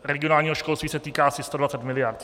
Regionálního školství se tedy týká asi 120 mld.